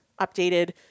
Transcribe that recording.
updated